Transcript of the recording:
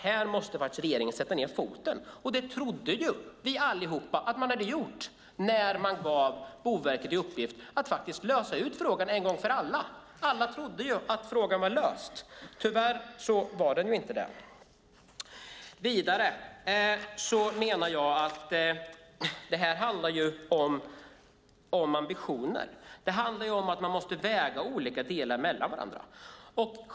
Här måste faktiskt regeringen sätta ned foten, och det trodde vi allihop att man hade gjort när man gav Boverket i uppgift att lösa ut frågan en gång för alla. Alla trodde att frågan var löst, men tyvärr var den inte det. Vidare menar jag att det här handlar om ambitioner. Det handlar om att man måste väga olika delar mot varandra.